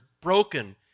broken